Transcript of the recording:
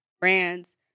brands –